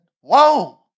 whoa